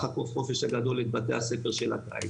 במהלך החודש הראשון של החופש הגדול את בתי הספר של הקיץ,